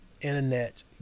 internet